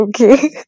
okay